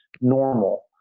normal